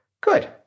Good